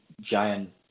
giant